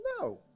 No